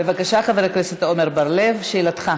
בבקשה, חבר הכנסת עמר בר-לב, שאלתך.